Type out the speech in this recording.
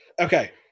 Okay